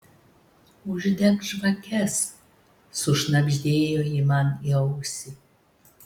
uždek žvakes sušnabždėjo ji man į ausį